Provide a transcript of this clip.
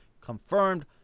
confirmed